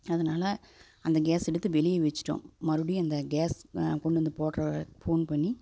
அதனால அந்த கேஸ் எடுத்து வெளியே வச்சுட்டோம் மறுபடியும் அந்த கேஸ் கொண்டு வந்து போடுகிறவர ஃபோன் பண்ணி